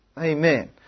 Amen